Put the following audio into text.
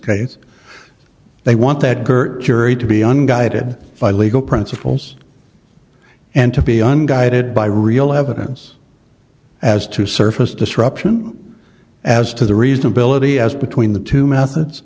case they want that her jury to be on guided by legal principles and to be unguided by real evidence as to surface disruption as to the reasonability as between the two methods